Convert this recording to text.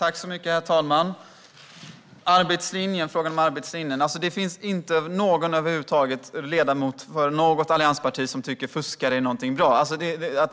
Herr talman! Vad gäller frågan om arbetslinjen: Det finns inte någon ledamot från något alliansparti som tycker att fuskare är någonting bra.